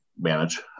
manage